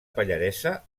pallaresa